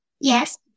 Yes